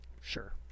Sure